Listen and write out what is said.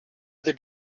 other